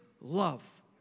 love